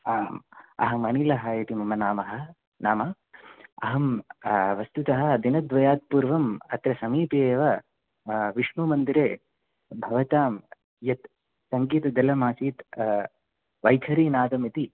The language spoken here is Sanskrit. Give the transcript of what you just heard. आम् अहं अनिलः इति मम नामः नाम अहं वस्तुतः दिनद्वयात् पूर्वम् अत्र समीपे एव विष्णुमन्दिरे भवतां यद् सङ्गीतदलम् आसीत् वैखरीनादमिति